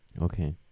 okay